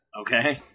okay